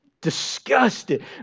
disgusted